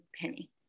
penny